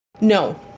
no